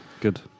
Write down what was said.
Good